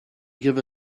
give